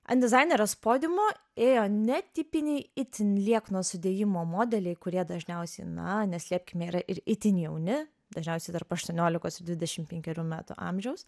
ant dizainerės podiumo ėjo netipiniai itin liekno sudėjimo modeliai kurie dažniausiai na neslėpkime yra ir itin jauni dažniausiai tarp aštuoniolikos ir dvidešim penkerių metų amžiaus